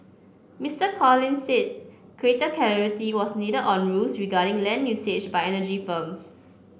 Mister Collins said greater clarity was needed on rules regarding land usage by energy firms